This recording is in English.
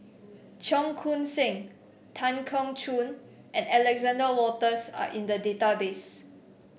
Cheong Koon Seng Tan Keong Choon and Alexander Wolters are in the database